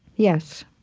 yes.